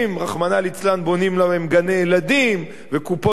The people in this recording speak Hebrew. רחמנא ליצלן בונים להם גני-ילדים וקופות-חולים.